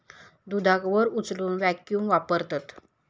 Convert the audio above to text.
दुधाक वर उचलूक वॅक्यूम वापरतत